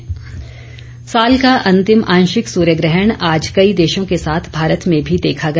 सर्य ग्रहण साल का अंतिम आंशिक सूर्य ग्रहण आज कई देशों के साथ भारत में भी देखा गया